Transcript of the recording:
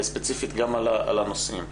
ספציפית גם על הנושאים שיעלו.